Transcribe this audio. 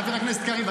חבר הכנסת קריב,